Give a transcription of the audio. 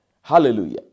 Hallelujah